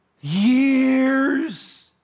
years